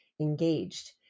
engaged